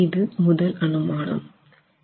இது முதல் அனுமானம் ஆகும்